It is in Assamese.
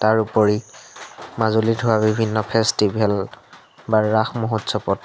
তাৰ উপৰি মাজুলীত হোৱা বিভিন্ন ফেষ্টিভেল বা ৰাস মহোৎসৱত